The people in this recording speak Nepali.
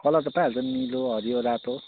कलर त पाइहाल्छ निलो हरियो रातो